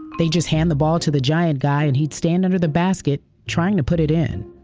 they'd just hand the ball to the giant guy and he'd stand under the basket trying to put it in.